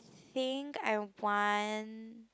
think I want